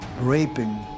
raping